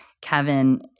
Kevin